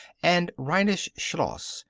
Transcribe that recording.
and rhenish schloss,